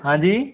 हाँ जी